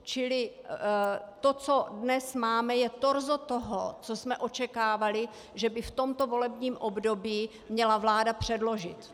Čili to, co dnes máme, je torzo toho, co jsme očekávali, že by v tomto volebních období měla vláda předložit.